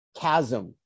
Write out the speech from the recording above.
chasm